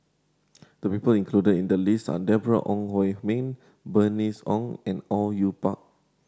the people included in the list are Deborah Ong Hui Min Bernice Ong and Au Yue Pak